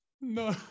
No